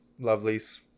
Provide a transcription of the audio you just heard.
lovelies